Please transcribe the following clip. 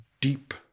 deep